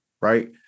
right